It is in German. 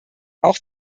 auch